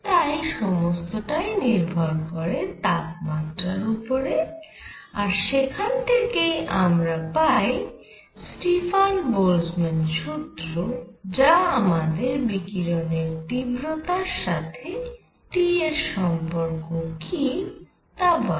তাই সমস্তটাই নির্ভর করে তাপমাত্রার উপরে আর সেখানে থেকেই আমরা পাই স্টিফান বোলজম্যান সূত্র যা আমাদের বিকিরণের তীব্রতার সাথে T এর কি সম্পর্ক তা বলে